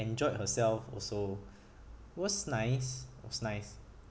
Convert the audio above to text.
enjoyed herself also it was nice it was nice